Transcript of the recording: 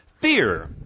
fear